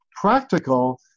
Practical